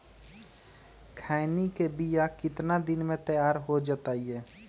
खैनी के बिया कितना दिन मे तैयार हो जताइए?